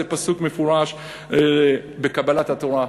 זה פסוק מפורש בקבלת התורה.